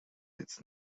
its